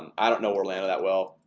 um i don't know where lana that well,